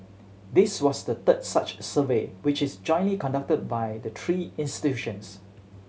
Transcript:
this was the third such survey which is jointly conducted by the three institutions